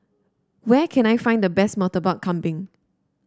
where can I find the best Murtabak Kambing